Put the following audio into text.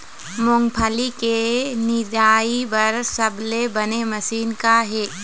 मूंगफली के निराई बर सबले बने मशीन का ये?